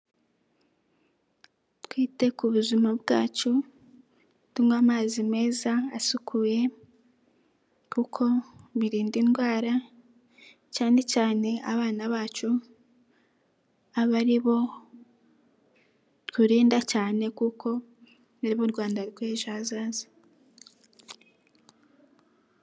Twite ku buzima bwacu tunywa amazi meza asukuye kuko birinda indwara, cyane cyane abana bacu abe aribo turinda cyane kuko aribo Rwanda rw'ejo hazaza.